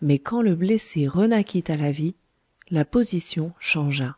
mais quand le blessé renaquit à la vie la position changea